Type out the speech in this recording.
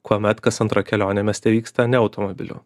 kuomet kas antra kelionė mieste vyksta ne automobiliu